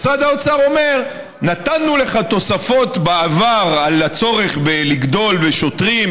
משרד האוצר אומר: נתנו לך תוספות בעבר לצורך הגידול במספר השוטרים,